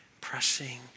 pressing